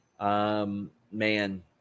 Man